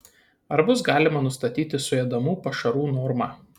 ar bus galima nustatyti suėdamų pašarų normą